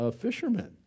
fishermen